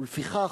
ולפיכך,